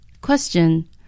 Question